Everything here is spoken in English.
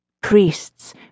priests